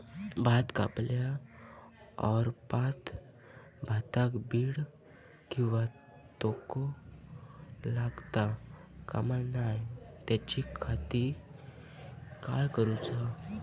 भात कापल्या ऑप्रात भाताक कीड किंवा तोको लगता काम नाय त्याच्या खाती काय करुचा?